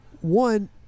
one